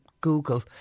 google